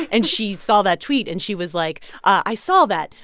and she saw that tweet. and she was like, i saw that.